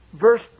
Verse